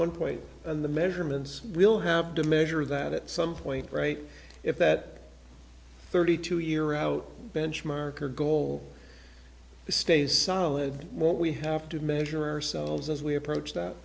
one point and the measurements will have to measure that at some point right if that thirty two year out benchmark or goal stays solid what we have to measure ourselves as we approach that